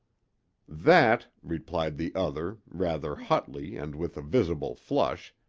that, replied the other, rather hotly and with a visible flush,